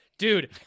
Dude